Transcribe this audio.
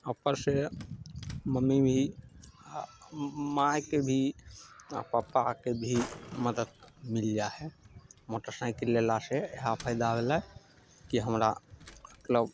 उपरसँ मम्मी भी माँके भी आओर पप्पाके भी मदद मिल जा हइ मोटर साइकिल लेलासँ इएह फाइदा भेल हइ कि हमरा मतलब